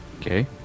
Okay